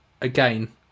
again